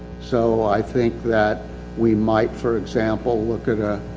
so i think that we might, for example, look at a,